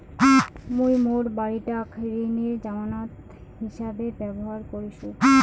মুই মোর বাড়িটাক ঋণের জামানত হিছাবে ব্যবহার করিসু